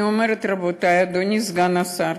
אני אומרת, רבותי, אדוני סגן השר,